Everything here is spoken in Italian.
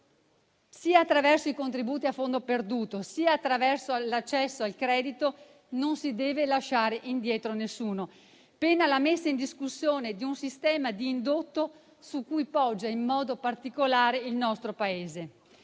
Sia attraverso i contributi a fondo perduto sia attraverso l'accesso al credito, non si deve lasciare indietro nessuno, pena la messa in discussione di un sistema di indotto su cui poggia in modo particolare il nostro Paese.